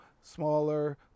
smaller